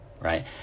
Right